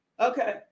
Okay